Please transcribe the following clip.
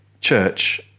church